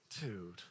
Dude